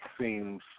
seems